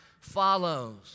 follows